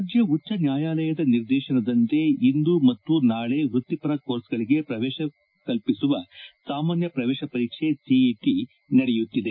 ರಾಜ್ವ ಉಜ್ವ ನ್ವಾಯಾಲಯದ ನಿರ್ದೇತನದಂತೆ ಇಂದು ಮತ್ತು ನಾಳೆ ವೃತ್ತಿಪರ ಕೋರ್ಸ್ಗಳಿಗೆ ಶ್ರವೇಶ ಕಲ್ಪಿಸುವ ಸಾಮಾನ್ಯ ಪ್ರವೇಶ ಪರೀಕ್ಷೆ ಸಿಇಟ ನಡೆಯುತ್ತಿದೆ